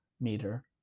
meter